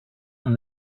and